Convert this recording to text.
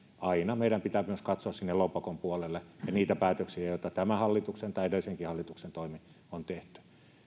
aina meidän pitää katsoa myös sinne lompakon puolelle ja niitä päätöksiä joita tämän hallituksen ja edellisenkin hallituksen toimin on tehty